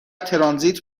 ترانزیت